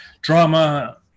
drama